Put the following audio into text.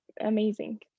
amazing